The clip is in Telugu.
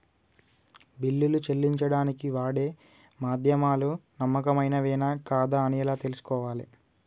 బిల్లులు చెల్లించడానికి వాడే మాధ్యమాలు నమ్మకమైనవేనా కాదా అని ఎలా తెలుసుకోవాలే?